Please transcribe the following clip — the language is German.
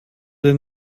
den